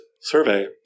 survey